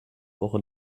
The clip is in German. woche